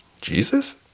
Jesus